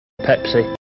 Pepsi